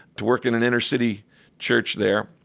to work in an inner-city church there.